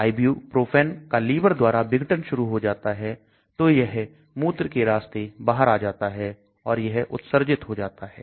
Ibuprofen का liver द्वारा विघटन शुरू हो जाता है तो यह मूत्र के रास्ते बाहर आ जाता है और यह उत्सर्जित हो जाता है